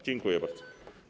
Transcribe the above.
Dziękuję bardzo.